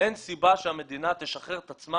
אין סיבה שהמדינה תשחרר את עצמה